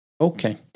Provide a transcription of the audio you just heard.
Okay